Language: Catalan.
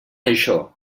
això